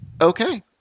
Okay